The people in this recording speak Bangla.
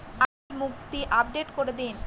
আজ মুক্তি আপডেট করে দিন